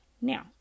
Now